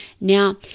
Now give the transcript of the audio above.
Now